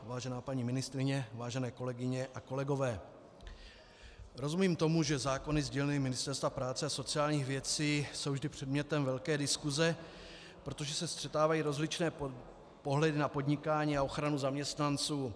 Vážená paní ministryně, vážené kolegyně a kolegové, rozumím tomu, že zákony z dílny Ministerstva práce a sociálních věcí jsou vždy předmětem velké diskuse, protože se střetávají rozličné pohledy na podnikání a ochranu zaměstnanců.